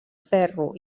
ferro